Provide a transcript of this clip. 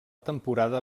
temporada